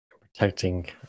Protecting